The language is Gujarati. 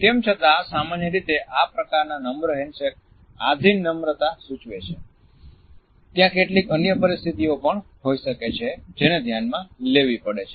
તેમ છતાં સામાન્ય રીતે આ પ્રકારના નમ્ર હેન્ડશેક આધીન નમ્રતા સૂચવે છે ત્યાં કેટલીક અન્ય પરિસ્થિતિઓ પણ હોઈ શકે છે જેને ધ્યાનમાં લેવી પડે છે